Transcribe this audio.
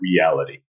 Reality